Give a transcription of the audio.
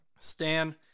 Stan